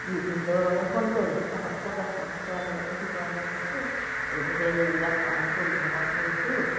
ভিনদেউ মানে ফোন কৰিলে তহঁত ক'ত আছ মই কৈছো আমি ইয়াতে শিৱসাগৰত আছো এনেকৈ এইবিলাক আমি পৰিভ্ৰমণ কৰিছোঁ